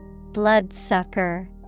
Bloodsucker